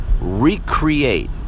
recreate